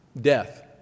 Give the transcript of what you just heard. Death